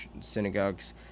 synagogues